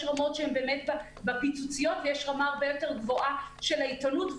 יש רמות שהן בפיצוציות ויש רמה הרבה יותר גבוהה של העיתונות,